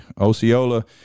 Osceola